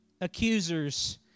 accusers